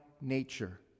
nature